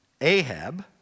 Ahab